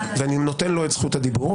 ואני נותן לו את זכות הדיבור.